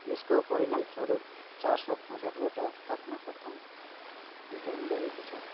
यसको परिणाम स्वरूप चार सय पैँसठवटा तक्माको थान वितरण गरिएको छ